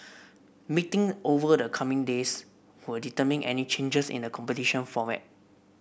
meeting over the coming days would determine any changes in the competition format